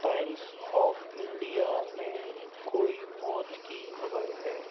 times of India में कोई मौत की खबर है